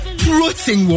protein